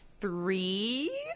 three